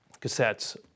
cassettes